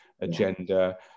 agenda